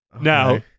Now